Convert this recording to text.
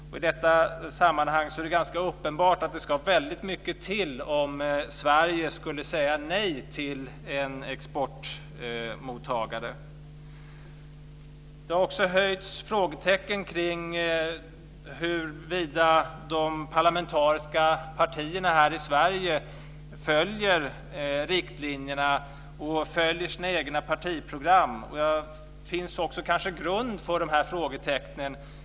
I detta sammanhang är det ganska uppenbart att det ska väldigt mycket till för att Sverige skulle säga nej till en exportmottagare. Det har också rests frågetecken kring huruvida de parlamentariska partierna här i Sverige följer riktlinjerna och sina egna partiprogram. Det finns kanske också grund för de här frågetecknen.